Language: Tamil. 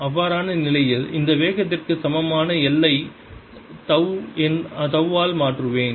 அவ்வாறான நிலையில் இந்த வேகத்திற்கு சமமான l ஐ தவ் ஆல் மாற்றுவேன்